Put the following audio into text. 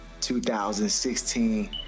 2016